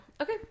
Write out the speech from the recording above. Okay